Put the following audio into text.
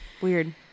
weird